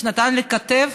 שנתן לי כתף